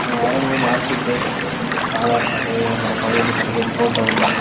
ஆ வரும்போது mark sheet Aadhaar card அப்புறம் community certificate photo ஒன்று